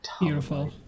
Beautiful